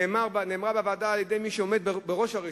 נאמר בוועדה, על-ידי מי שעומד בראש הרשות,